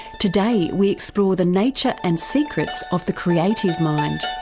today we explore the nature and secrets of the creative mind.